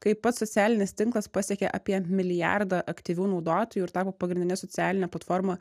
kaip pats socialinis tinklas pasiekė apie milijardą aktyvių naudotojų ir tapo pagrindine socialine platforma